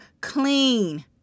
clean